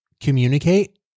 communicate